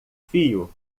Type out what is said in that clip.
fio